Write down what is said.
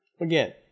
Again